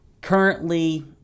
currently